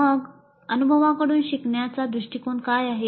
मग अनुभवांकडून शिकवण्याचा दृष्टीकोन काय आहे